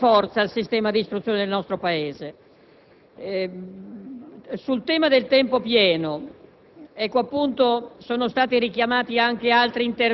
per irrobustire e dare forza al sistema di istruzione del Paese. Sul tema del tempo pieno,